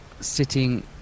sitting